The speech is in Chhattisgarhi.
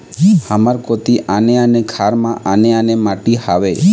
हमर कोती आने आने खार म आने आने माटी हावे?